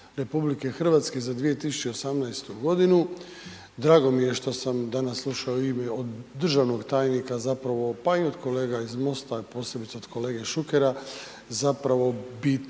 Republike Hrvatske za 2018. godinu. Drago mi je što sam danas slušao .../Govornik se ne razumije./... od državnog tajnika zapravo, pa i od kolega iz MOST-a, posebice od kolege Šukera, zapravo bit